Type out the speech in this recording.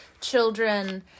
children